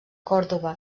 còrdova